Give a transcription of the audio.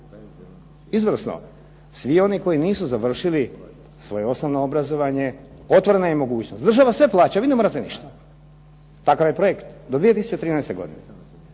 izvrsno. Svi oni koji završili svoje osnovno obrazovanje otvorena je mogućnost, država sve plaća a vi ne morate ništa. Takav je projekt do 2013. godine.